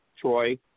Troy